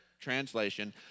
translation